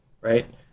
right